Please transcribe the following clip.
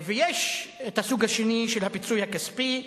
ויש הסוג השני של הפיצוי הכספי.